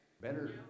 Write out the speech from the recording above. Better